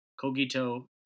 Cogito